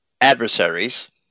adversaries